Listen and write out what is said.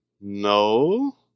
no